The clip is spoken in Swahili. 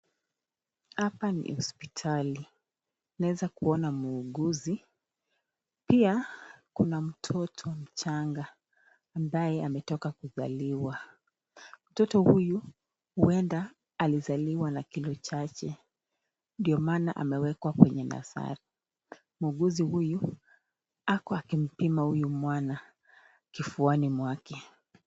Hapa ni hospitali. Naweza kuona mwuguzi pia kuna mtoto mchanga ambaye ametoka kuzaliwa. Mtoto huyu huenda alizaliwa na kilo chache ndio maana amewekwa kwenye nasari. Mwuguzi huyu ako akimpima huyu mwana kifuani mwake.